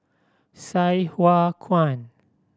Sai Hua Kuan